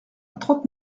trente